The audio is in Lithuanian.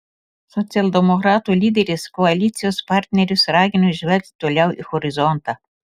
socialdemokratų lyderis koalicijos partnerius ragino žvelgti toliau į horizontą